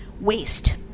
waste